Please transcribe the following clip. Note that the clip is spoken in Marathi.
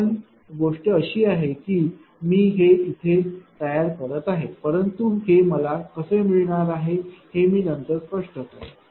पण गोष्ट अशी आहे की मी हे इथे थेट तयार करत आहे परंतु हे मला कसे मिळणार आहे हे मी नंतर स्पष्ट करेन